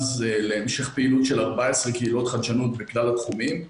להמשך פעילות של 14 קהילות חדשנות בכלל התחומים.